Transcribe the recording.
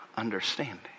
Understanding